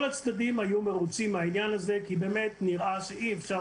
כל הצדדים היו מרוצים מהעניין הזה כי באמת נראה שאי אפשר